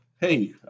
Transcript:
hey